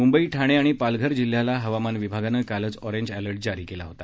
मुंबई ठाणे आणि पालघर जिल्ह्याला हवामान विभागानं कालच एरेंज एलर्ट जारी केला होता